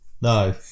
No